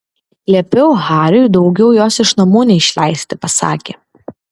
liepiau hariui daugiau jos iš namų neišleisti pasakė